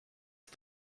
his